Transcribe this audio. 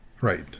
right